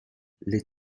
les